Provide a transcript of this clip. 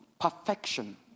perfection